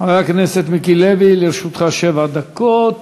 חבר הכנסת מיקי לוי, לרשותך שבע דקות